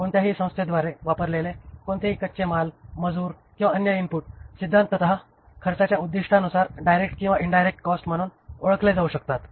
कोणत्याही संस्थेद्वारे वापरलेले कोणतेही कच्चे माल मजूर किंवा अन्य इनपुट सिद्धांततः खर्चाच्या उद्दीष्टानुसार डायरेक्ट किंवा इन्डायरेक्टत कॉस्ट म्हणून ओळखले जाऊ शकतात